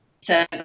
says